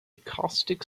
caustic